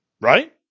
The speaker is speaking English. Right